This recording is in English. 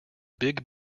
big